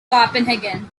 copenhagen